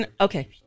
Okay